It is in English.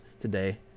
today